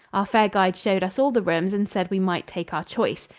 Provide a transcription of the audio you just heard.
our fair guide showed us all the rooms and said we might take our choice.